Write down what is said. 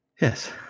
Yes